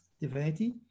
divinity